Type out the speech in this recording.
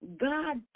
God